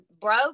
broke